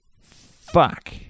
fuck